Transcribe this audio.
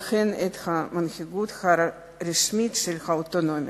והן את המנהיגות הרשמית של האוטונומיה.